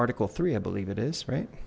article three i believe it is right